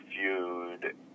Feud